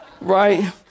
Right